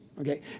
okay